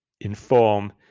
inform